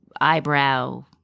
eyebrow